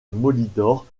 molitor